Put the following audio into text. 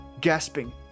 gasping